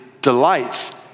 delights